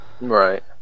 right